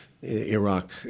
Iraq